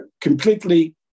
completely